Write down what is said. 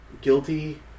guilty